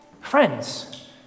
Friends